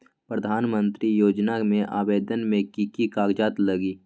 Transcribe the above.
प्रधानमंत्री योजना में आवेदन मे की की कागज़ात लगी?